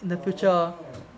orh